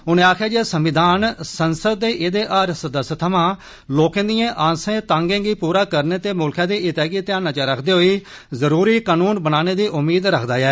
उनें आक्खेया जे संविधान संसद ते एदे हर सदस्य थवां लोकें दियें आसें तांगे गी प्रा करन ते म्ल्खै दे हितै गी ध्याना च रक्खदे होई जरुरी कानून बनाने दी उम्मीद रक्खदा ऐ